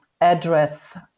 address